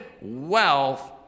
wealth